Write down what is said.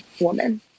woman